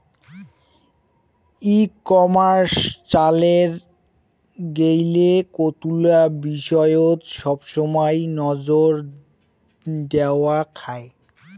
ই commerce চালের গেইলে কতুলা বিষয়ত সবসমাই নজর দ্যাওয়া খায়